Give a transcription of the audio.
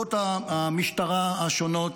יחידות המשטרה השונות,